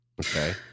Okay